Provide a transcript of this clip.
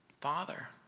Father